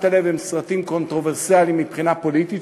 הלב הם סרטים קונטרוברסליים מבחינה פוליטית,